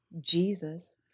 Jesus